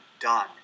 done